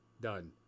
done